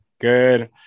good